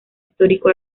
histórico